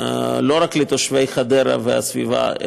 לא רק לתושבי חדרה והסביבה,